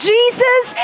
Jesus